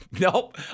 Nope